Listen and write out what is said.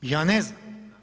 Ja ne znam.